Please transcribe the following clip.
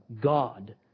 God